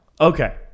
okay